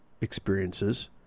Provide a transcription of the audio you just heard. experiences